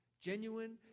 genuine